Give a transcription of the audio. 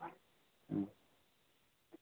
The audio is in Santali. ᱦᱩᱸ